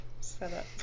setup